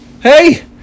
Hey